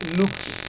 looks